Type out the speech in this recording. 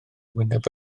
wyneb